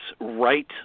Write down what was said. right